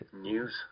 news